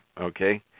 okay